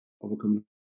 overcoming